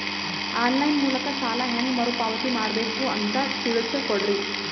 On line ಮೂಲಕ ಸಾಲ ಹೇಂಗ ಮರುಪಾವತಿ ಮಾಡಬೇಕು ಅಂತ ತಿಳಿಸ ಕೊಡರಿ?